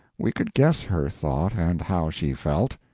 we could guess her thought and how she felt.